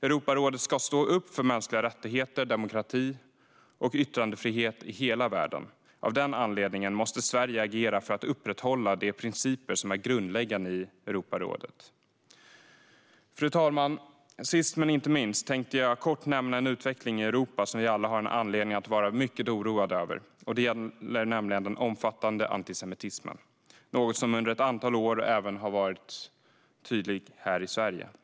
Europarådet ska stå upp för mänskliga rättigheter, demokrati och yttrandefrihet i hela världen. Av den anledningen måste Sverige agera för att upprätthålla de principer som är grundläggande i Europarådet. Fru talman! Sist men inte minst ska jag kort nämna en utveckling i Europa som vi alla har anledning att vara mycket oroade över, nämligen den omfattande antisemitismen. Den har även varit tydlig i Sverige under ett antal år.